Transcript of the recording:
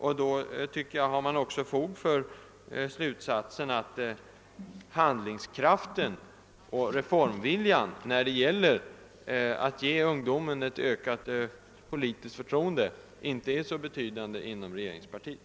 Därför tycker jag också att man har fog för slutsatsen, att handlingskraften och reformviljan när det gäller att ge ungdomen ett ökat politiskt förtroende inte är särskilt betydande inom regeringspartiet.